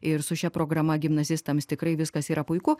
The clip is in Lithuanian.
ir su šia programa gimnazistams tikrai viskas yra puiku